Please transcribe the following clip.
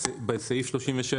התייחסות לסעיף 1. הערה טכנית נוספת,